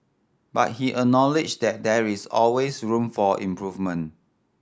but he acknowledged that there is always room for improvement